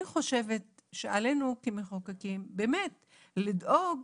אני חושבת שעלינו כמחוקקים, באמת, לדאוג,